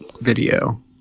Video